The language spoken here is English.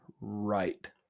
right